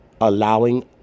allowing